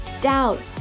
doubt